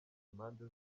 impande